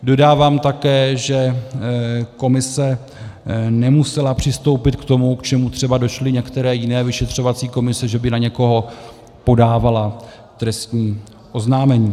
Dodávám také, že komise nemusela přistoupit k tomu, k čemu třeba došly některé jiné vyšetřovací komise, že by na někoho podávala trestní oznámení.